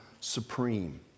supreme